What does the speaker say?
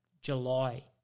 July